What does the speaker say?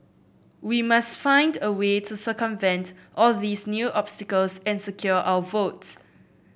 we must find a way to circumvent all these new obstacles and secure our votes